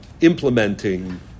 implementing